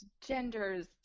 genders